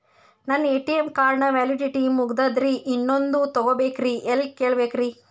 ನನ್ನ ATM card ನ validity ಮುಗದದ್ರಿ ಇನ್ನೊಂದು ತೊಗೊಬೇಕ್ರಿ ಎಲ್ಲಿ ಕೇಳಬೇಕ್ರಿ?